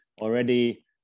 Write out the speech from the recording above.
already